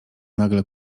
nagle